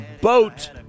BOAT